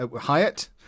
Hyatt